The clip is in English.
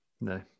No